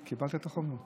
שלחתי.